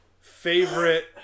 favorite